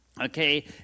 okay